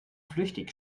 flüchtig